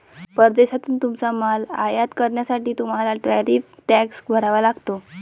परदेशातून तुमचा माल आयात करण्यासाठी तुम्हाला टॅरिफ टॅक्स भरावा लागतो